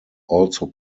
also